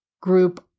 group